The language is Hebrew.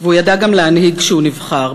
והוא ידע גם להנהיג כשהוא נבחר,